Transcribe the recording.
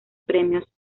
premios